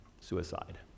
suicide